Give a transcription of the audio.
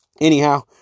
Anyhow